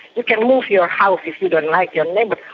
you can move your house if you don't like your neighbour,